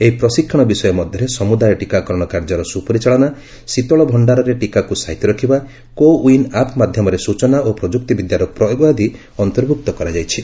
ଏହି ପ୍ରଶିକ୍ଷଣ ବିଷୟ ମଧ୍ୟରେ ସମୁଦାୟ ଟିକାକରଣ କାର୍ଯ୍ୟର ସୁପାରିଚାଳନା ଶୀତଳଭଣ୍ଡାରରେ ଟିକାକୁ ସାଇତି ରଖିବା କୋ ୱିନ୍ ଆପ୍ ମାଧ୍ୟମରେ ସୂଚନା ଓ ପ୍ରଯୁକ୍ତିବିଦ୍ୟାର ପ୍ରୟୋଗ ଆଦି ଅନ୍ତର୍ଭ୍ଭକ୍ତ କରାଯାଇଛି